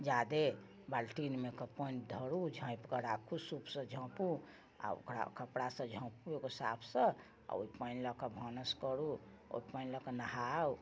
जादे बाल्टिनमे कऽ पानि धरू झाँपिके राखू सूपसँ झाँपू आओर ओकरा कपड़ासँ झाँपू एगो साफसँ आओर ओइ पानि लअके भानस करू ओइ पानि लअके नहाउ